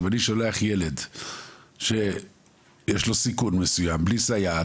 אם אני שולח ילד שיש לו סיכון מסוים בלי סייעת,